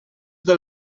del